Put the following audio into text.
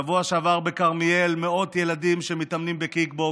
בשבוע שעבר בכרמיאל מאות ילדים שמתאמנים בקיקבוקס,